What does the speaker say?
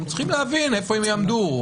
הם צריכים להבין איפה הם יעמדו.